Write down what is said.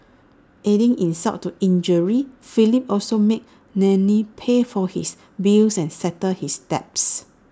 adding insult to injury Philip also made Nellie pay for his bills and settle his debts